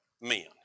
men